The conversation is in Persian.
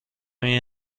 این